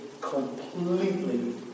completely